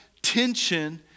Tension